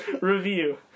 Review